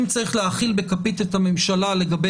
אם צריך להאכיל בכפית את הממשלה לגבי